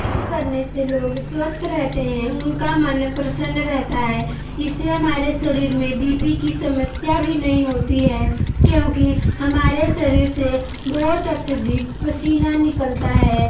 नृत्य करने से लोग स्वस्थ रहते हैं उनका मन प्रसन्न रहता है इससे हमारे शरीर में बी पी की समस्या भी नहीं होती है क्योंकि हमारे शरीर से बहुत अत्यधिक पसीना निकलता है